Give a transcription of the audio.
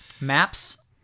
Maps